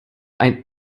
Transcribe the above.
ein